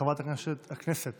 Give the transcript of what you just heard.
חברת הכנסת